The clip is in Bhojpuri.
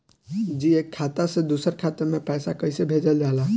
जी एक खाता से दूसर खाता में पैसा कइसे भेजल जाला?